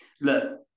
Look